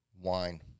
wine